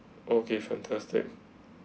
okay fantastic